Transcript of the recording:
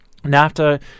NAFTA